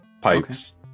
pipes